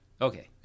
Okay